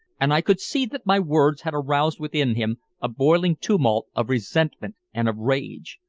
and i could see that my words had aroused within him a boiling tumult of resentment and of rage.